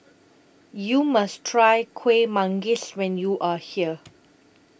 YOU must Try Kueh Manggis when YOU Are here